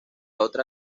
otra